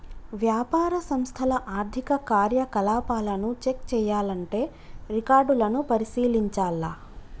వ్యాపార సంస్థల ఆర్థిక కార్యకలాపాలను చెక్ చేయాల్లంటే రికార్డులను పరిశీలించాల్ల